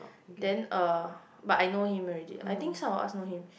then uh but I know him already I think some of us know him